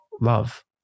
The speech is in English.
love